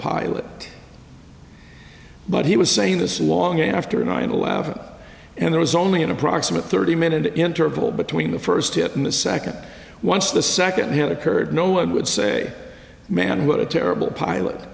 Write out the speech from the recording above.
pilot but he was saying this long after nine eleven and there was only an approximate thirty minute interval between the first hit and the second once the second had occurred no one would say man what a terrible pilot